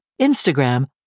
Instagram